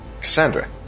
Cassandra